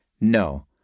No